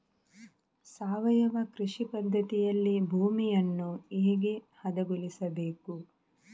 ಸಾವಯವ ಕೃಷಿ ಪದ್ಧತಿಯಲ್ಲಿ ಭೂಮಿಯನ್ನು ಹೇಗೆ ಹದಗೊಳಿಸಬೇಕು?